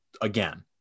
again